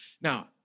Now